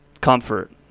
comfort